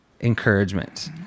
encouragement